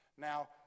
Now